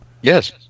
Yes